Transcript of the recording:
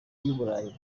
y’uburayi